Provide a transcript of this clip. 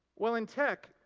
well, in tech,